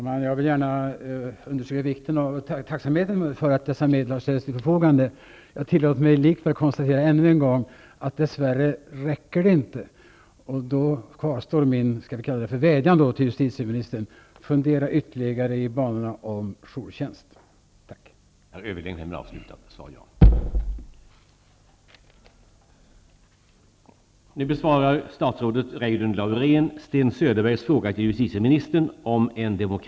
Herr talman! Jag vill uttrycka min tacksamhet över att dessa medel har ställts till förfogande. Jag tillåter mig likväl att än en gång konstatera att medlen dess värre inte räcker. Därför kvarstår min vädjan till justitieministern om att fundera ytterligare i banorna om jourtjänst. Tack.